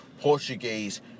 Portuguese